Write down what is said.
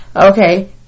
Okay